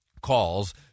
calls